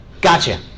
Gotcha